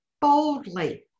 boldly